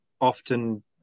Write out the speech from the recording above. often